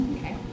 Okay